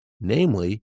namely